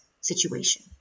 situation